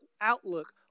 outlook